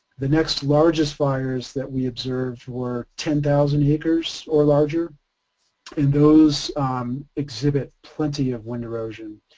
the next largest fires that we observed were ten thousand acres or larger and those exhibit plenty of wind erosion.